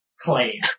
claim